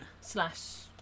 slash